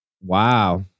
Wow